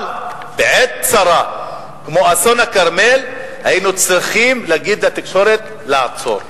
אבל בעת צרה כמו אסון הכרמל היינו צריכים להגיד לתקשורת לעצור.